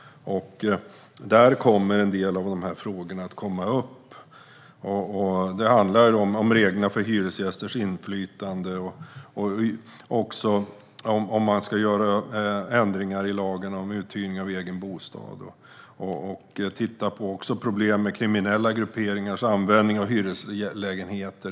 Där kommer en del av frågorna att tas upp. Det handlar om reglerna för hyresgästers inflytande om och det ska ske ändringar i lagen om uthyrning av egen bostad. Utredningen ska också titta på problem med kriminella grupperingars användning av hyreslägenheter.